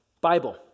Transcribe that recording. Bible